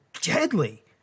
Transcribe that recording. deadly